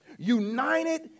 United